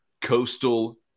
coastal